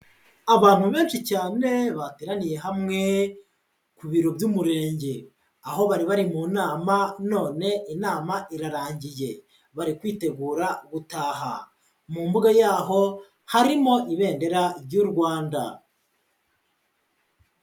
Abantu benshi cyane bateraniye hamwe ku biro by'umurenge. Aho bari bari mu nama none inama irarangiye. Bari kwitegura gutaha. Mu mbuga yaho harimo Ibendera ry'u Rwanda.